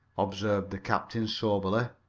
observed the captain soberly.